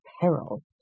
peril